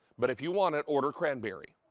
but if you want it, order cranberry.